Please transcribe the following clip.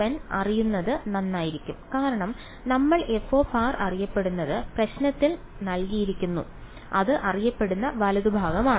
fn അറിയുന്നത് നന്നായിരിക്കും കാരണം നമ്മൾ f അറിയപ്പെടുന്നത് പ്രശ്നത്തിൽ നൽകിയിരിക്കുന്നു അത് അറിയപ്പെടുന്ന വലതുഭാഗമാണ്